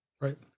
Right